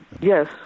Yes